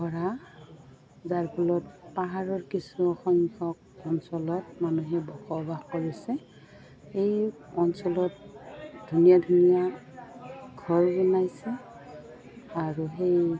ভৰা যাৰ ফলত পাহাৰৰ কিছুসংখ্যক অঞ্চলত মানুহে বসবাস কৰিছে সেই অঞ্চলত ধুনীয়া ধুনীয়া ঘৰ বনাইছে আৰু সেই